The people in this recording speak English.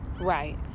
Right